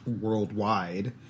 worldwide